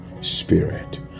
spirit